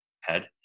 head